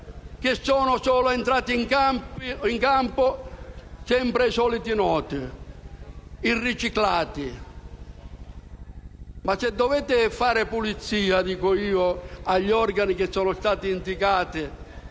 che sono entrati in campi sempre i soliti noti, i riciclati. Se dovete fare pulizia negli organi indicati,